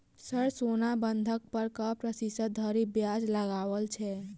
Sir सोना बंधक पर कऽ प्रतिशत धरि ब्याज लगाओल छैय?